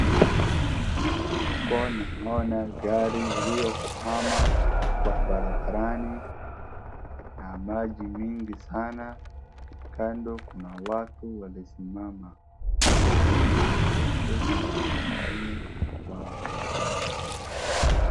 Hapo naona gari iliyokwama kwa barabarani na maji mingi sana. Kando kuna watu wamesimama na huku kuna gari ingine iliyokwama.